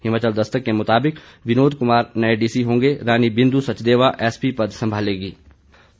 हिमाचल दस्तक के मुताबिक विनोद कुमार नए डीसी होंगे रानी बिंदु सचदेवा एसपी पद संभालेंगीं